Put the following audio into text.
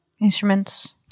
instruments